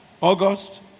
August